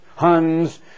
Huns